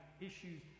issues